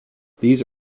these